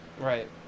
Right